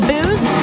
Booze